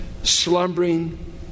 slumbering